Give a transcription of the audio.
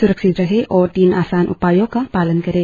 सुरक्षित रहें और तीन आसान उपायों का पालन करें